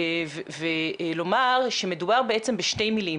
ולומר שמדובר בשתי מילים,